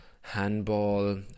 handball